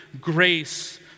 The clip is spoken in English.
grace